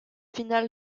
finale